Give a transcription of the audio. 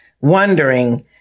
wondering